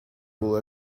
will